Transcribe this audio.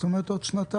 זאת אומרת עוד שנתיים.